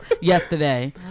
Yesterday